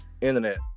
Internet